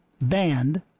band